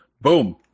boom